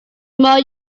more